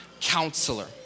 counselor